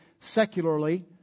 secularly